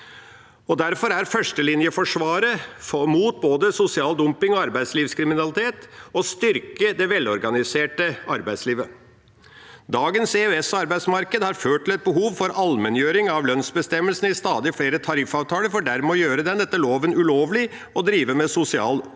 Derfor er førstelinjeforsvaret mot både sosial dumping og arbeidslivskriminalitet å styrke det velorganiserte arbeidslivet. Dagens EØS-arbeidsmarked har ført til et behov for allmenngjøring av lønnsbestemmelsene i stadig flere tariffavtaler, for dermed å gjøre det etter loven ulovlig å drive med sosial dumping.